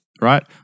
Right